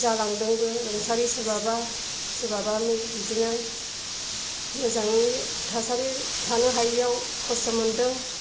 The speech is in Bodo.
जालांदोंबो रुंसारि सोरबाबा सोरबाबा बिदिनो मोजाङै थासारि थानो हायैआव खस्थ' मोनदों